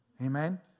Amen